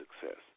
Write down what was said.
success